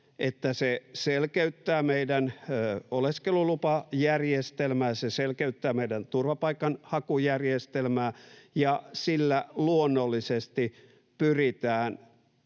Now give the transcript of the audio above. että se selkeyttää meidän oleskelulupajärjestelmää ja se selkeyttää meidän turvapaikanhakujärjestelmää, ja sillä luonnollisesti pyritään